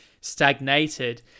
stagnated